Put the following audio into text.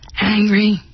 angry